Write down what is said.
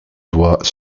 doigt